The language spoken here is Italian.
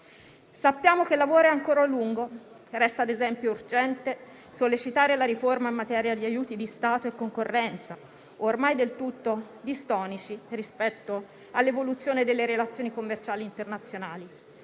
Sappiamo che il lavoro è ancora lungo e resta, ad esempio, urgente sollecitare la riforma in materia di aiuti di Stato e concorrenza, ormai del tutto distonici rispetto all'evoluzione delle relazioni commerciali internazionali.